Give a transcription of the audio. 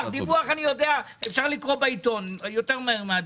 דיווח אפשר לקרוא בעיתון מהר יותר.